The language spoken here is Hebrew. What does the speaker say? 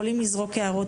אני יודע את מקומי.